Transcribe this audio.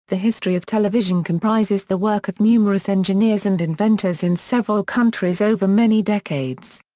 the history of television comprises the work of numerous engineers and inventors in several countries over many decades.